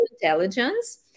intelligence